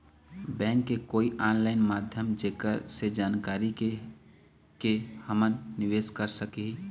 Bank के कोई online माध्यम जेकर से जानकारी के के हमन निवेस कर सकही?